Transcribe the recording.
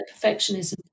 perfectionism